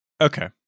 Okay